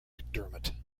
mcdermott